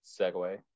segue